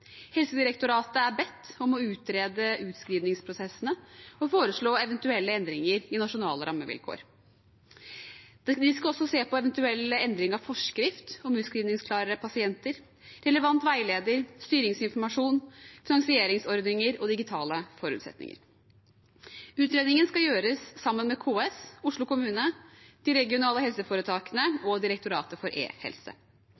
Helsedirektoratet er bedt om å utrede utskrivingsprosessene og foreslå eventuelle endringer i nasjonale rammevilkår. De skal også se på eventuelle endringer av forskrift om utskrivingsklare pasienter, relevant veileder, styringsinformasjon, finansieringsordninger og digitale forutsetninger. Utredningen skal gjøres sammen med KS, Oslo kommune, de regionale helseforetakene